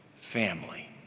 family